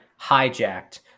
hijacked